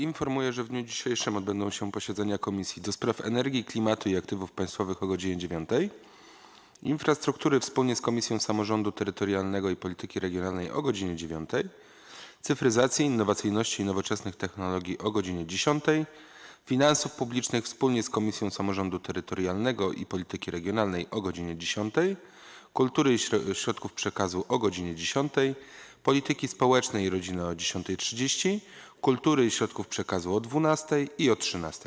Informuję, że w dniu dzisiejszy odbędą się posiedzenia: - Komisji do Spraw Energii, Klimatu i Aktywów Państwowych - godz. 9, - Infrastruktury wspólnie z Komisją Samorządu Terytorialnego i Polityki Regionalnej - godz. 9, - Cyfryzacji, Innowacyjności i Nowoczesnych Technologii - godz. 10, - Finansów Publicznych wspólnie z Komisją Samorządu Terytorialnego i Polityki Regionalnej - godz. 10, - Kultury i Środków Przekazu - godz. 10, - Polityki Społecznej i Rodziny - godz. 10.30, - Kultury i Środków Przekazu - godz. 12 i 13.